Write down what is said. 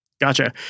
Gotcha